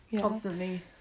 Constantly